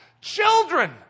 Children